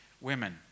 women